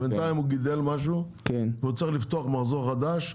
בינתיים הוא גידל משהו והוא צריך לפתוח מחזור חדש,